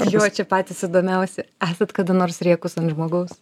jo čia patys įdomiausi esat kada nors rėkus ant žmogaus